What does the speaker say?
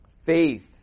Faith